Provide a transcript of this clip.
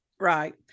Right